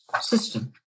system